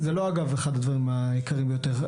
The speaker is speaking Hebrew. זה לא אגב אחד הדברים העיקריים ביותר,